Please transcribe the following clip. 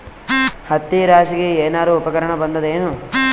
ಹತ್ತಿ ರಾಶಿಗಿ ಏನಾರು ಉಪಕರಣ ಬಂದದ ಏನು?